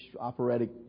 operatic